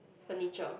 furniture